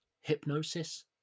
hypnosis